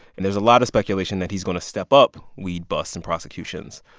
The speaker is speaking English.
and there's a lot of speculation that he's going to step up weed busts and prosecutions.